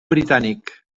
britànic